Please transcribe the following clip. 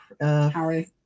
Harry